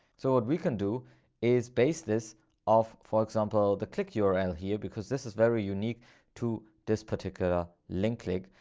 so what we can do is based this of for example, the click url and here, because this is very unique to this particular link click,